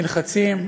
נלחצים,